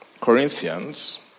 Corinthians